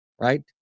right